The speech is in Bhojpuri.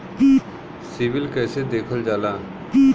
सिविल कैसे देखल जाला?